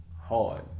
hard